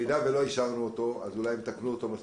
אם לא נאשר אותו, אז אולי יספיק לתקן אותו.